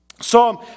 Psalm